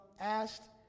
asked